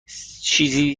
چیزی